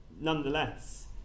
Nonetheless